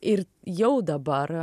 ir jau dabar